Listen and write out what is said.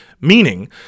Meaning